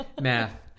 Math